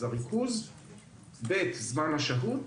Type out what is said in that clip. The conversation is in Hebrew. השני הוא זמן השהות